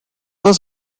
was